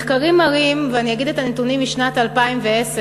מחקרים מראים, ואני אגיד את הנתונים משנת 2010,